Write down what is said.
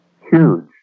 Huge